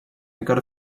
gotta